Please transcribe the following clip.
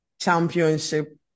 championship